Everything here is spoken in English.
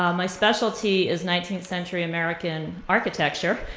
um my specialty is nineteenth century american architecture.